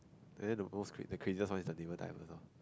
then the old street the craziest one is the neighbour type you know